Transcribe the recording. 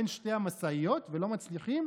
בין שתי המשאיות, ולא מצליחים?